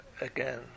again